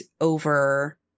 over